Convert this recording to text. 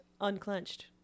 unclenched